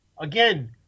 again